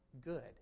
good